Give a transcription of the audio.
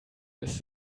ist